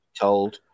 told